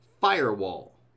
firewall